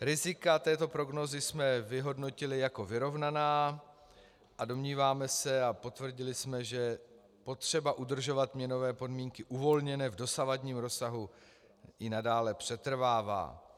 Rizika této prognózy jsme vyhodnotili jako vyrovnaná a domníváme se, a potvrdili jsme, že potřeba udržovat měnové podmínky uvolněné v dosavadním rozsahu i nadále přetrvává.